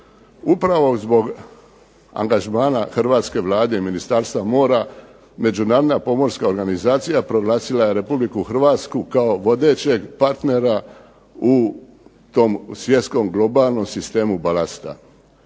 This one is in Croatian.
Upravo zbog angažmana hrvatske Vlade i Ministarstva mora Međunarodna pomorska organizacija proglasila je Republiku Hrvatsku kao vodećeg partnera u tom svjetskom globalnom sistemu balasta.